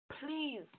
Please